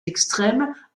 extrêmes